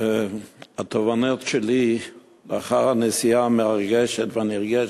התובנות שלי לאחר הנסיעה המרגשת והנרגשת: